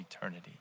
eternity